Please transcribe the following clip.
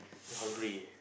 she hungry